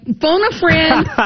phone-a-friend